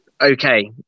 okay